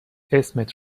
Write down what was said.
اسمت